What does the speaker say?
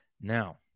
Now